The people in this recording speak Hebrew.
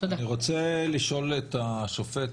אני רוצה לשאול את השופט